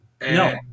No